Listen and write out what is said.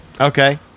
Okay